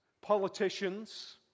politicians